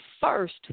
first